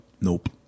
nope